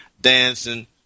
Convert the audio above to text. dancing